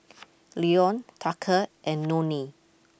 Leone Tucker and Nonie